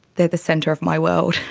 they are the centre of my world.